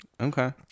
Okay